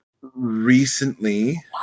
Recently